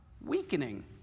weakening